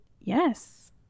yes